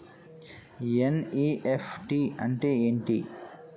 NEFT అంటే ఏమిటి?